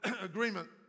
agreement